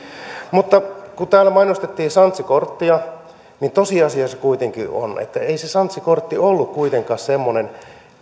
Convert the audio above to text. mutta kun täällä mainostettiin sanssi korttia niin tosiasia kuitenkin on että ei se sanssi kortti ollut kuitenkaan semmoinen